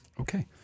okay